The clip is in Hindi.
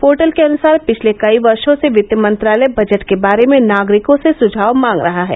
पोर्टल के अनुसार पिछले कई वर्षो से वित्त मंत्रालय बजट के बारे में नागरिकों से सुझाव मांग रहा है